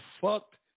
fucked